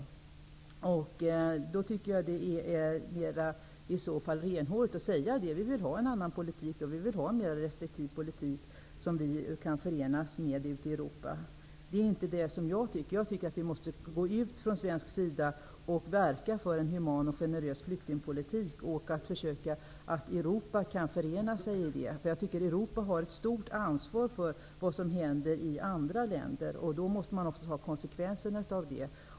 Jag tycker att det skulle ha varit mera renhårigt att säga att man vill ha en mera restriktiv politik som är förenlig med politiken i Europa. Jag tycker att vi från svensk sida måste verka för en human och generös flyktingpolitik. Vi måste försöka få Europa att ansluta sig till den. Länderna i Europa har ett stort ansvar för vad som händer i andra länder, och man måste ta konsekvenserna av det.